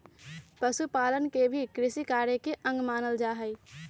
पशुपालन के भी कृषिकार्य के अंग मानल जा हई